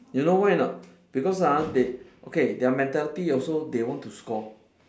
you know why or not because ah they okay their mentality also they want to score